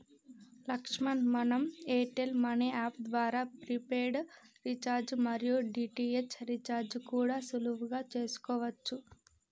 లక్ష్మణ్ మనం Airtel money app ద్వారా prepaid recharge మరియు డి.టి.హెచ్ రీఛార్జి కూడా సులువుగా చేసుకోవచ్చు